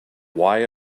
why